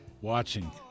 watching